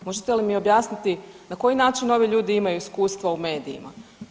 Možete li mi objasniti na koji način ovi ljudi imaju iskustva u medijima?